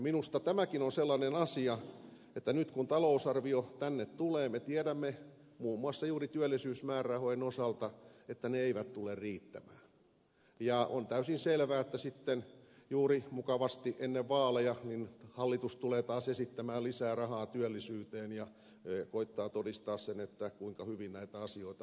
minusta tämäkin on sellainen asia että nyt kun talousarvio tänne tulee me tiedämme muun muassa juuri työllisyysmäärärahojen osalta että ne eivät tule riittämään ja on täysin selvää että sitten juuri mukavasti ennen vaaleja hallitus tulee taas esittämään lisää rahaa työllisyyteen ja koettaa todistaa sen kuinka hyvin näitä asioita hoidetaan